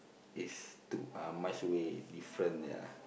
it's to uh much way different ya